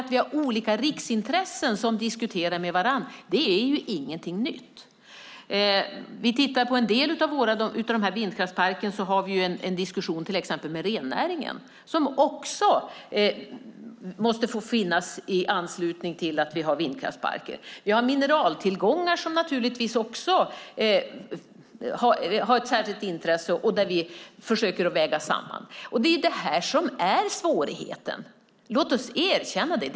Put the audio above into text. Att vi har olika riksintressen som diskuterar med varandra är alltså ingenting nytt. Om vi tittar på en del av vindkraftsparkerna ser vi att vi har en diskussion med till exempel rennäringen, som också måste få finnas i anslutning till vindkraftsparker. Vi har mineraltillgångar som naturligtvis också har ett särskilt intresse vi försöker att väga samman. Det är detta som är svårigheten. Låt oss erkänna det.